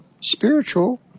spiritual